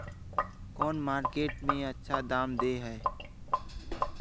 कौन मार्केट में अच्छा दाम दे है?